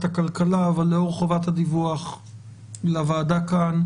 הכלכלה אבל לאור חובת הדיווח לוועדה כאן,